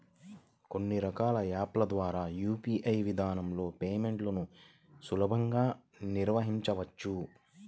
కొన్ని రకాల యాప్ ల ద్వారా యూ.పీ.ఐ విధానంలో పేమెంట్లను సులభంగా నిర్వహించవచ్చు